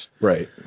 Right